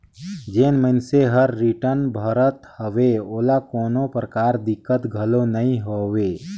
जेन मइनसे हर रिटर्न भरत हवे ओला कोनो परकार दिक्कत घलो नइ होवे